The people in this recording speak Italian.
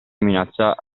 minaccia